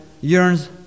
yearns